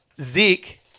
Zeke